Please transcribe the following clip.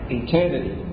eternity